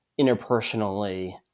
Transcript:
interpersonally